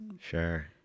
sure